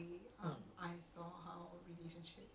we haven't even graduated